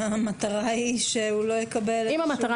המטרה היא שהוא לא יקבל --- אם המטרה